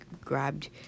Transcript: grabbed